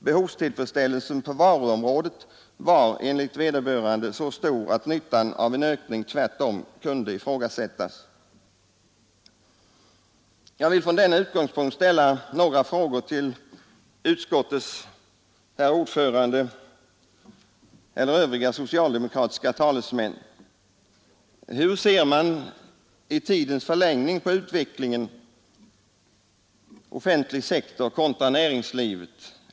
Behovstillfredsställelsen på varuområdet var, enligt vederbörande, så stor att nyttan av en ökning tvärtom kunde ifrågasättas. 1. Hur ser man i tidens förlängning på utvecklingen offentlig sektor kontra näringslivet?